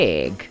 Big